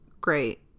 great